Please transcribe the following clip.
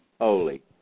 holy